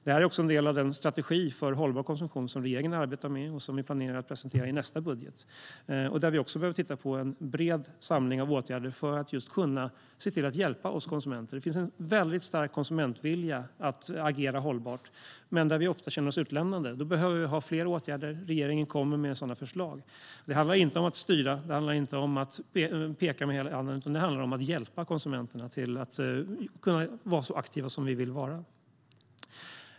Det här är också en del av den strategi för hållbar konsumtion som regeringen arbetar med och som vi planerar att presentera i nästa budget. Där behöver vi också titta på en bred samling av åtgärder som ska kunna hjälpa oss konsumenter. Det finns en stark konsumentvilja att agera hållbart, men vi känner oss ofta utlämnade. Då behövs fler åtgärder, och regeringen kommer med sådana förslag. Det handlar inte om att styra eller om att peka med hela handen, utan det handlar om att hjälpa oss konsumenter att vara så aktiva som vi vill vara.